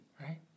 right